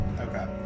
Okay